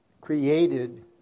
created